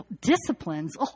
disciplines